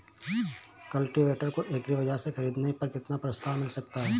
Cultivator को agri बाजार से ख़रीदने पर कितना प्रस्ताव मिल सकता है?